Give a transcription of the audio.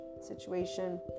situation